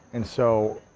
and, so,